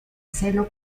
celo